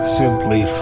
simply